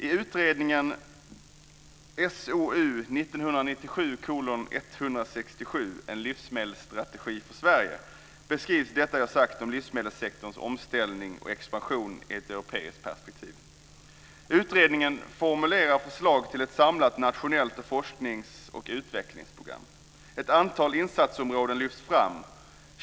I utredningen SOU 1997:167, En livsmedelsstrategi för Sverige, beskrivs det jag har sagt om livsmedelssektorns omställning och expansion i ett europeiskt perspektiv. Utredningen formulerar förslag till ett samlat nationellt forsknings och utvecklingsprogram. Ett antal insatsområden lyfts fram.